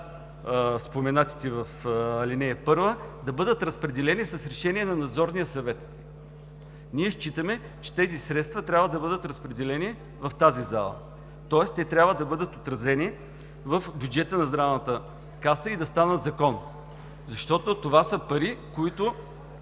споменатите в ал. 1, да бъдат разпределени с решение на Надзорния съвет. Ние считаме, че тези средства трябва да бъдат разпределени в тази зала, тоест те трябва да бъдат отразени в бюджета на Здравната каса и да станат закон. Защото това са пари, за които